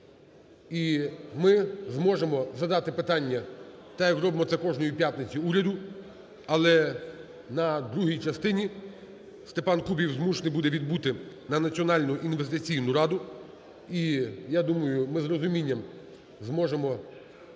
І ми зможемо задати питання так, як робимо це кожної п'ятниці, уряду, але на другій частині Степан Кубів змушений буде відбути на Національну інвестиційну раду. І я думаю, ми з розумінням зможемо